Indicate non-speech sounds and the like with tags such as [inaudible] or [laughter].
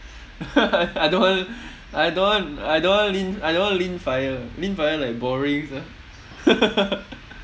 [laughs] I don't want I don't want I don't want lean I don't want lean FIRE lean FIRE like boring sia [laughs]